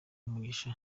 umugisha